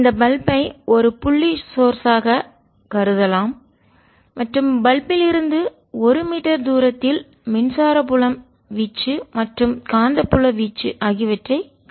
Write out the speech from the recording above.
இந்த பல்பை ஒரு புள்ளி ஸோர்ஸ் ஆக ஆதாரமாக கருதலாம் மற்றும் பல்பில் இருந்து ஒரு மீட்டர் தூரத்தில் மின்சார புலம் வீச்சு மற்றும் காந்தப்புல வீச்சு ஆகியவற்றைக் கணக்கிடுவோம்